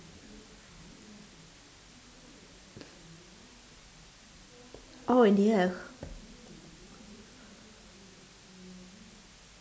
oh dear